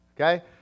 Okay